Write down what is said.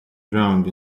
drowned